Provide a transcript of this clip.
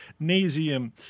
nasium